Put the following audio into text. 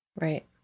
Right